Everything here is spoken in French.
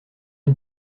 une